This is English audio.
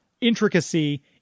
intricacy